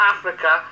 Africa